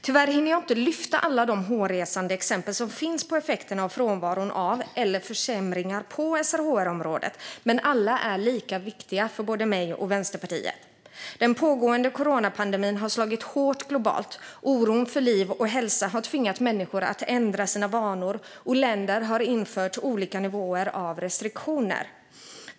Tyvärr hinner jag inte lyfta alla de hårresande exempel som finns på effekterna av frånvaron av SRHR eller försämringar på området, men alla är lika viktiga för mig och Vänsterpartiet. Den pågående coronapandemin har slagit hårt globalt. Oron för liv och hälsa har tvingat människor att ändra sina vanor, och länder har infört olika nivåer av restriktioner.